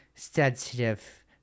sensitive